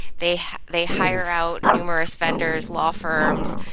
they they hire out numerous vendors, law firms,